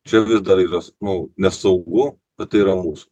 čia vis dar yra s nu nesaugu bet tai yra mūsų